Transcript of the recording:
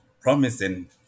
promising